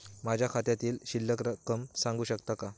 माझ्या खात्यातील शिल्लक रक्कम सांगू शकता का?